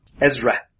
Ezra